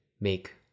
make